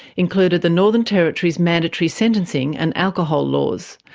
included the northern territory's mandatory sentencing and alcohol laws,